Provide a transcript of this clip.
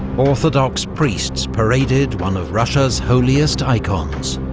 orthodox priests paraded one of russia's holiest icons,